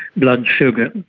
blood sugar.